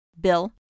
Bill